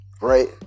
right